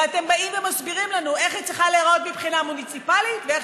ואתם באים ומסבירים לנו איך היא צריכה להיראות מבחינה מוניציפלית ואיך